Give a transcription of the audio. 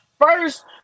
first